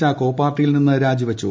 ചാക്കോ പാർട്ടിയിൽ നിന്ന് രാജിവച്ചു